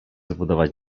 zbudować